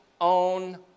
own